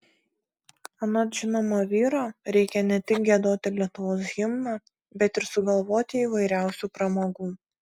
anot žinomo vyro reikia ne tik giedoti lietuvos himną bet ir sugalvoti įvairiausių pramogų